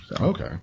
Okay